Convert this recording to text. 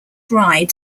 ryde